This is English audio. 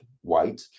white